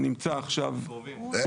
קרובים.